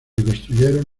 reconstruyeron